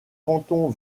cantons